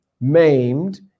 maimed